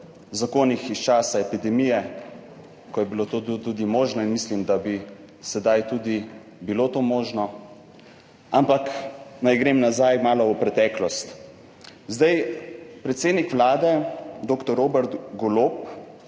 zakonih iz časa epidemije, ko je bilo to tudi možno in mislim, da bi bilo tudi sedaj to možno. Ampak naj grem malo nazaj v preteklost. Predsednik Vlade dr. Robert Golob